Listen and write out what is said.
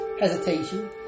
hesitation